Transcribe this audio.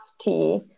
tea